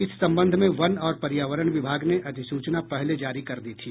इस संबंध में वन और पर्यावरण विभाग ने अधिसूचना पहले जारी कर दी थी